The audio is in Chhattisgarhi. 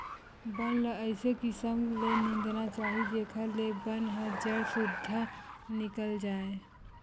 बन ल अइसे किसम ले निंदना चाही जेखर ले बन ह जर सुद्धा निकल जाए